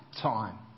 time